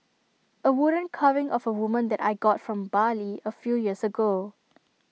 A wooden carving of A woman that I got from Bali A few years ago